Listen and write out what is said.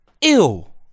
ill